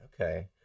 Okay